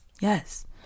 yes